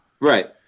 right